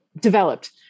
developed